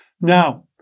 Now